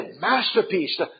masterpiece